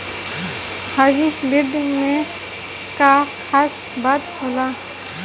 Hybrid में का खास बात होला?